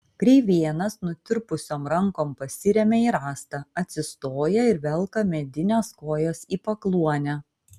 kreivėnas nutirpusiom rankom pasiremia į rąstą atsistoja ir velka medines kojas į pakluonę